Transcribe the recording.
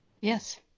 yes